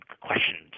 questions